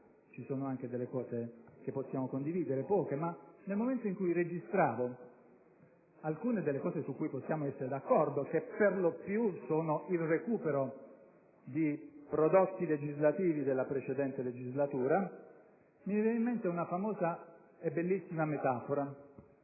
contiene anche cose esatte e che possiamo condividere (poche), ma nel momento in cui registravo alcuni degli aspetti su cui possiamo essere d'accordo, che per lo più sono il recupero di prodotti legislativi della precedente legislatura, mi viene in mente una famosa e bellissima metafora.